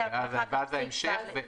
ואז ההמשך.